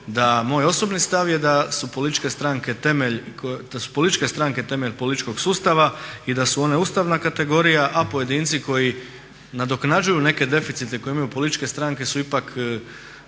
moj osobni stav je da su političke stranke temelj političkog sustava i da su one ustavna kategorija, a pojedinci koji nadoknađuju neke deficite koje imaju političke stranke su ipak